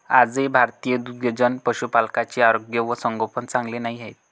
आजही भारतीय दुग्धजन्य पशुपालकांचे आरोग्य व संगोपन चांगले नाही आहे